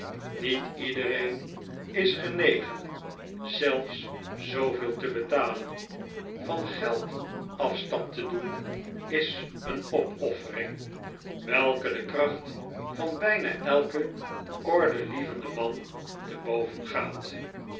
niet iedereen is genegen zelfs zooveel te betalen van geld afstand te doen is een opoffering welke de kracht van bijna elken ordelievenden man te boven gaat